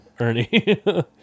ernie